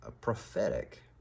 prophetic